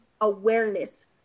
awareness